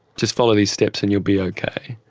just follow these steps and you'll be okay'.